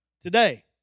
Today